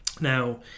Now